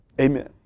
Amen